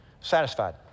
Satisfied